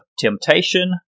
temptation